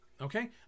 okay